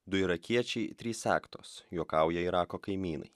du irakiečiai trys sektos juokauja irako kaimynai